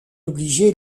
obligé